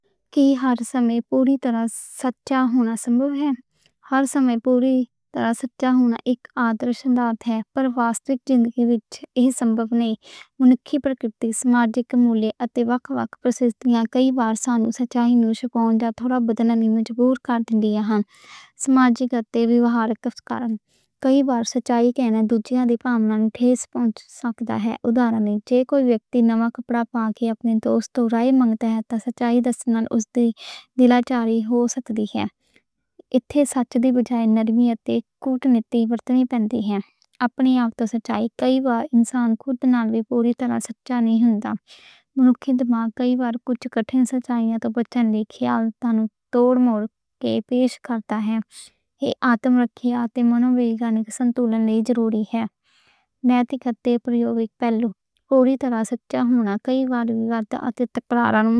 کئی ہر سمیں پوری طرح سچا ہونا سنبھَو ہے۔ ہر سمیں پوری طرح سچا ہونا اک آدرشن بات ہے۔ پر واقعی زندگی وچ اے سنبھَو نئیں۔ منکھی طبیعت سماجک مولے اتے وکھ وکھ پرسِتیاں سماجک اتے ردھایاکِن اک وکارن۔ کئی وار سچائی کہن دوجھیں دی پھَبندتھ چوٹ پہنچ سکدا ہے۔ اودھارن جے کوئی وِکتی نواں کپڑا پانگے اپنے دوست توں رائے منگدا ہے تاں سچائی دُسن نال اوس دی دلاسائی ہو سکدی ہے۔ اتھے سچ دی بجائے نرمی تے دا کوئی جتن ورتیا جاندا ہے۔ اپنی آگ توں سچائی کئی وار انسان خود نال وی پوری طرح سچّا نئیں ہوندا۔ مجھ کھِدمات دے لئی کئی وار کچھ مشکلیں سچائی توں بچن لئی خیال تہاڈے توں مُڑ مُڑ کے پیش کردا ہے۔ اے آتم رکھیا تے منو ویگیانک سنتولن لئی ضروری ہے۔ نہیں تیقِی رہئو پہیلو۔ کوئی طرح سچا ہوندا کئی وار وِچار دہانت پھیرا لیاوندا۔